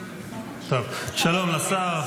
שלום לשר.